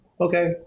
okay